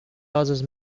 others